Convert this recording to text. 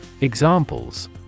Examples